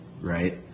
right